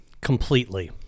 completely